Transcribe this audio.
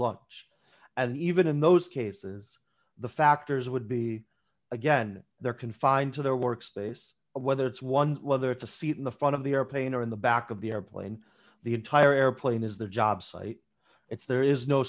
luggage and even in those cases the factors would be again they're confined to their work space whether it's one whether it's a seat in the front of the airplane or in the back of the airplane the entire airplane is the jobsite it's there is no